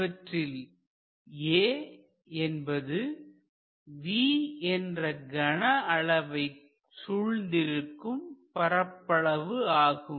இவற்றில் A என்பது V என்ற கன அளவை சூழ்ந்திருக்கும் பரப்பளவு ஆகும்